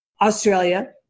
Australia